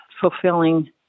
fulfilling